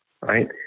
right